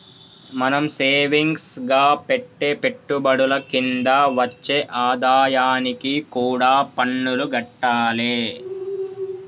మనం సేవింగ్స్ గా పెట్టే పెట్టుబడుల కింద వచ్చే ఆదాయానికి కూడా పన్నులు గట్టాలే